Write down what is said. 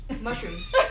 Mushrooms